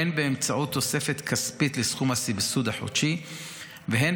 הן באמצעות תוספת כספית לסכום הסבסוד החודשי והן